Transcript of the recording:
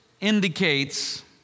indicates